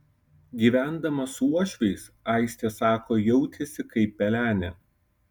gyvendama su uošviais aistė sako jautėsi kaip pelenė